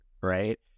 right